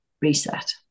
reset